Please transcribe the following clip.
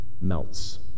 melts